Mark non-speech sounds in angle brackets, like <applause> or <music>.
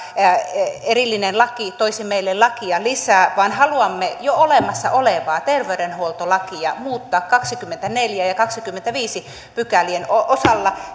erillinen laki toisi meille lakeja lisää vaan haluamme jo olemassa olevaa terveydenhuoltolakia muuttaa pykälien kaksikymmentäneljä ja kaksikymmentäviisi osalta <unintelligible>